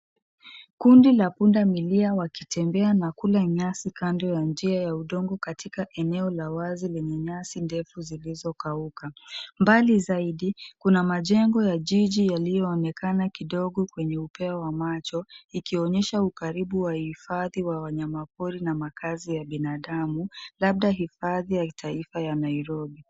Kundi la punda milia wakitembea na kula nyasi kando ya njia ya udongo katika eneo la wazi lenye nyasi ndefu zilizokauka. Mbali zaidi kuna majengo ya jiji yaliyoonekana kidogo kwenye upeo wa macho ikionyesha kujaribu wa hifadhi ya wanyama pori na makazi ya binafsi. Labda hifadhi ya taifa ya Nairobi.